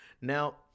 Now